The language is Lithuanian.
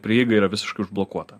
prieiga yra visiškai užblokuota